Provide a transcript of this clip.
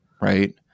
right